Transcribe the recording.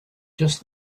just